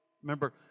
Remember